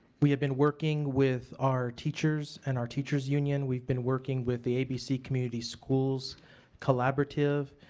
we have been working with our teachers and our teachers union. we've been working with the abc community schools collaborative.